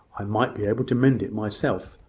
i might be able to mend it myself.